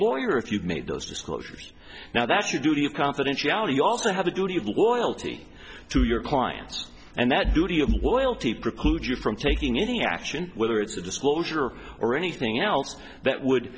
lawyer if you've made those disclosures now that's your duty of confidentiality you also have a duty of loyalty to your clients and that duty of welty preclude you from taking any action whether it's the disclosure or anything else that would